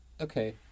Okay